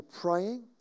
praying